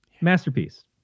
Masterpiece